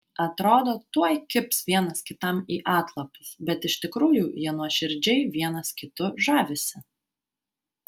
atrodo tuoj kibs vienas kitam į atlapus bet iš tikrųjų jie nuoširdžiai vienas kitu žavisi